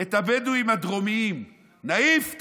את הבדואים הדרומיים נעיף,